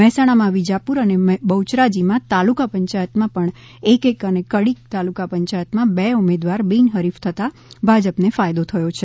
મહેસાણા માં વિજાપુર અને બહુચરાજી તાલુકા પંચાયત માં પણ એક એક અને કડી તાલુકા પંચાયત માં બે ઉમેદવાર બિનહરીફ થતાં ભાજપ ને ફાયદો થયો છે